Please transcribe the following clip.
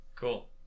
Cool